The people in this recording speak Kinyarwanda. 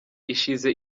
ishize